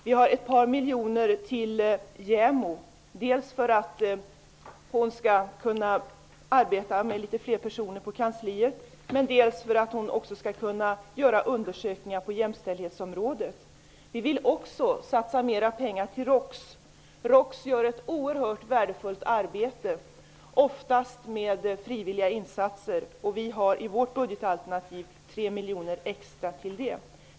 Vi vill ge ett par miljoner till JämO dels för att hon skall kunna ha litet fler personer som arbetar på kansliet, dels för att hon skall kunna göra undersökningar på jämställdhetsområdet. Vi vill också satsa mera pengar till ROKS. ROKS gör ett oerhört värdefullt arbete, oftast med frivilliga insatser. I vårt budgetalternativ har vi avsatt tre miljoner extra till det.